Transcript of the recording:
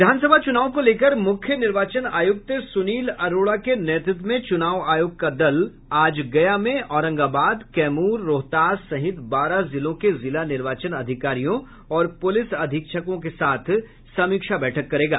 विधान सभा चुनाव को लेकर मुख्य निर्वाचन आयुक्त सुनील अरोड़ा के नेतृत्व में चुनाव आयोग का दल आज गया में औरंगाबाद कैमूर रोहतास सहित बारह जिलों के जिला निर्वाचन अधिकारियों और पुलिस अधीक्षकों के साथ समीक्षा बैठक करेगा